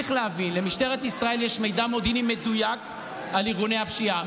צריך להבין שלמשטרת ישראל יש מידע מודיעיני מדויק על ארגוני הפשיעה,